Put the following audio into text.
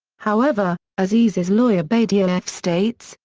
however, aziz's lawyer badia aref states,